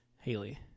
Haley